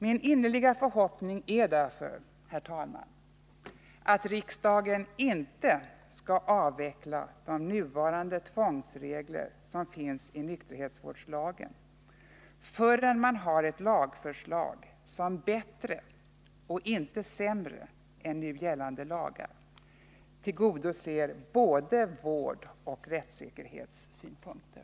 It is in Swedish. Min innerliga förhoppning är därför, herr talman, att riksdagen inte skall avveckla de tvångsregler som finns i nykterhetsvårdslagen förrän man har ett lagförslag som bättre och inte sämre än nu tillgodoser både vårdoch rättssäkerhetssynpunkter.